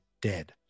dead